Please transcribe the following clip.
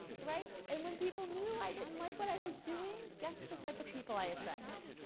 right? and when people knew i didn't like what i was doing guess the type of people i attracted?